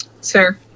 sir